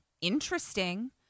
interesting